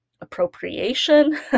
appropriation